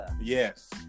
Yes